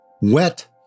Wet